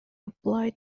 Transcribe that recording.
applied